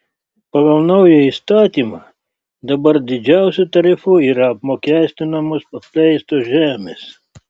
pagal naują įstatymą dabar didžiausiu tarifu yra apmokestinamos apleistos žemės